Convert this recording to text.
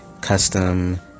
custom